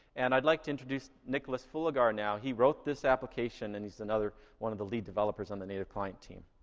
and i'd like to introduce nicholas fullagar now. he wrote this application, and he's another one of the lead developers on the native client team.